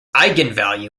eigenvalue